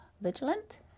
vigilant